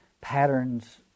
patterns